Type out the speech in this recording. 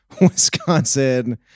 wisconsin